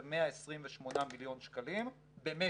זה 128 מיליון שקלים במצ'ינג.